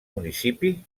municipi